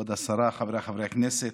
כבוד השרה, חבריי חברי הכנסת,